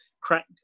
crack